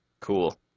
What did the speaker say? Cool